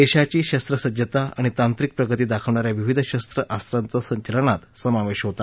देशाची शस्त्रसज्जता आणि तांत्रिक प्रगती दाखवणा या विविध शस्त्र अस्त्रांचाही संचलनात समावेश होता